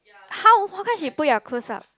how how come she pull your clothes up